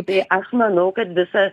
tai aš manau kad visa